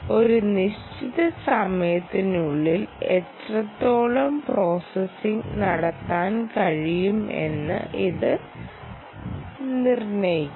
ഒരു നിശ്ചിത സമയത്തിനുള്ളിൽ എത്രത്തോളം പ്രോസസ്സിംഗ് നടത്താൻ കഴിയുമെന്ന് ഇത് നിർണ്ണയിക്കുന്നു